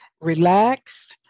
relax